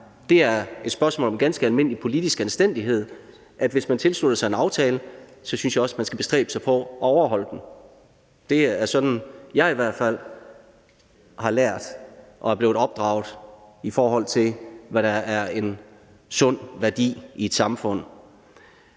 Det er et spørgsmål om ganske almindelig politisk anstændighed. Hvis man tilslutter sig en aftale, så synes jeg også, man skal bestræbe sig på at overholde den. Det er i hvert fald det, jeg har lært og er blevet opdraget til, i forhold til hvad der er en sund værdi i et samfund.